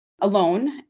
alone